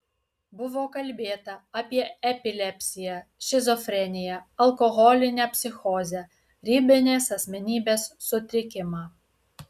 buvo kalbėta apie epilepsiją šizofreniją alkoholinę psichozę ribinės asmenybės sutrikimą